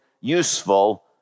useful